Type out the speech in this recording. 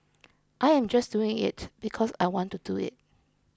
I am just doing it because I want to do it